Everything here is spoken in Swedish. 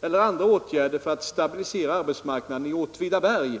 eller andra åtgärder för att stabilisera arbetsmarknaden i Åtvidaberg.